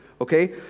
Okay